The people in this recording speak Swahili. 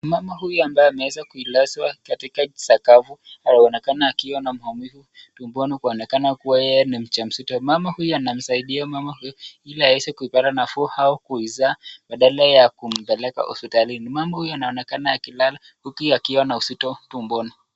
Mama huyu ambaye ameweza kuilazwa katika sakafu anaonekana akiwa na maumivu tumboni kuonekana kuwa yeye ni mjamzito. Mama huyu anamsaidia mama huyu ili aweze kupata nafuu au aweze kuzaa badala ya kumpeleka hospitalini. Mama huyu anaonekana amelala huku akiwa na uzito tumboni.